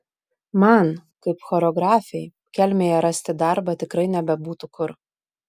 man kaip choreografei kelmėje rasti darbą tikrai nebebūtų kur